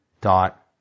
dot